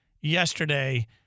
yesterday